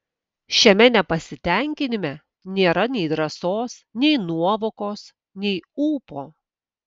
šiame nepasitenkinime nėra nei drąsos nei nuovokos nei ūpo